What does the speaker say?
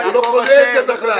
הוא לא קונה את זה בכלל.